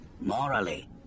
Morally